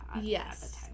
yes